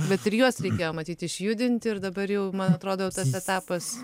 bet ir juos reikėjo matyt išjudint ir dabar jau man atrodo jau tas etapas